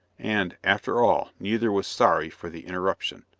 and, after all, neither was sorry for the interruption.